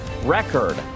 record